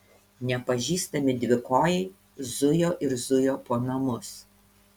nepažįstami dvikojai zujo ir zujo po namus